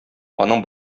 аның